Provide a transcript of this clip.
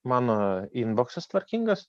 mano inboksas tvarkingas